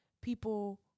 people